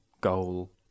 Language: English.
goal